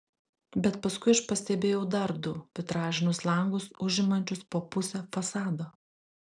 bet paskui aš pastebėjau dar du vitražinius langus užimančius po pusę fasado